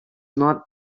not